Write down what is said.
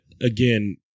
again